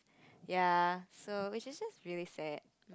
ya so which is just really sad